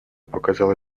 показала